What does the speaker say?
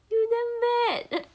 you damn bad